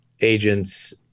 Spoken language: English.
agents